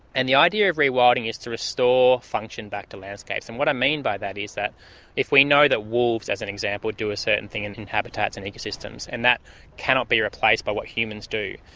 and the idea of rewilding is to restore function back to landscapes. and what i mean by that is that if we know that wolves, as an example, do a certain thing in habitats and ecosystems, and that cannot be replaced by what humans do,